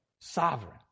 sovereign